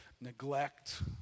neglect